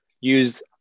use